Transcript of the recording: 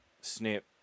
snip